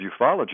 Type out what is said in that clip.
ufology